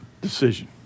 decision